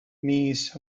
nice